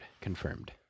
Confirmed